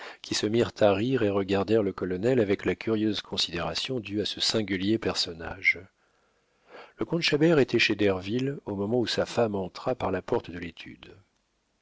qui se mirent à rire et regardèrent le colonel avec la curieuse considération due à ce singulier personnage le comte chabert était chez derville au moment où sa femme entra par la porte de l'étude